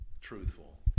truthful